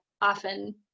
often